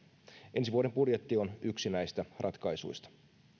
ensi vuoden budjetti on yksi näistä ratkaisuista